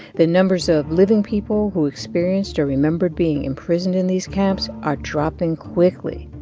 the numbers of living people who experienced or remembered being imprisoned in these camps are dropping quickly.